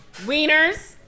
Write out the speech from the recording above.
Wieners